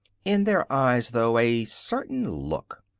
in their eyes, though, a certain look.